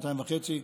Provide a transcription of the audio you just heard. שנתיים וחצי,